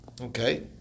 Okay